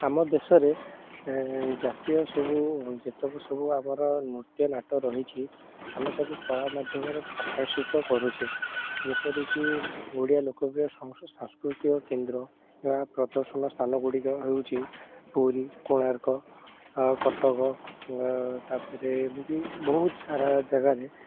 ଆମ ଦେଶରେ ଜାତୀୟ ସବୁ ଯେତକ ସବୁ ଆମର ନୃତ୍ୟ ନାଟ ରହିଛି ଆମେ ତାକୁ କଳା ମାଧ୍ୟମରେ ପ୍ରକାଶିତ କରୁଛେ ଯେପରିକି ଓଡ଼ିଆ ଲୋକପ୍ରିୟ ସାଂସ୍କୃତିକ କେନ୍ଦ୍ର ବା ପ୍ରଦର୍ଶନ ସ୍ଥାନଗୁଡ଼ିକ ହେଉଛି ପୁରୀ କୋଣାର୍କ ଆଉ କଟକ ତା'ପରେ ଏମିତି ବହୁତ ସାରା ଜାଗାରେ